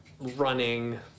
running